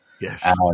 yes